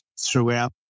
throughout